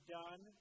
done